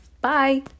bye